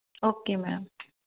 okay ma'am